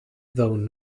though